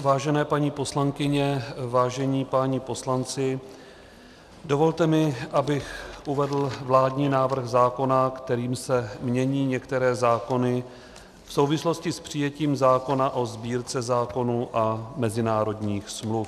Vážené paní poslankyně, vážení páni poslanci, dovolte mi, abych uvedl vládní návrh zákona, kterým se mění některé zákony v souvislosti s přijetím zákona o Sbírce zákonů a mezinárodních smluv.